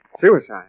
Suicide